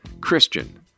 Christian